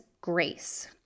grace